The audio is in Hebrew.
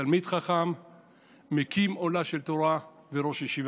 תלמיד חכם, מקים עולה של תורה וראש ישיבה.